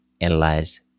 Analyze